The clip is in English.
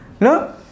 No